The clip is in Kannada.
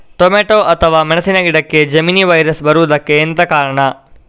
ಟೊಮೆಟೊ ಅಥವಾ ಮೆಣಸಿನ ಗಿಡಕ್ಕೆ ಜೆಮಿನಿ ವೈರಸ್ ಬರುವುದಕ್ಕೆ ಎಂತ ಕಾರಣ?